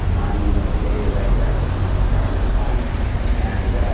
on the day that i got the transplant and